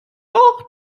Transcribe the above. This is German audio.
doch